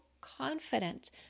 confident